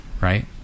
right